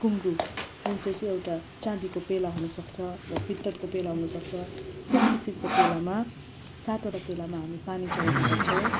कुङगु जुन चाहिँ एउटा चाँदीको प्याला हुनु सक्छ वा पित्तलको प्याला हुनु सक्छ त्यस किसिमको प्यालामा सातवटा प्यालामा हामी पानी चढाउने गर्छौँ